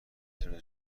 تونه